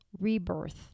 rebirth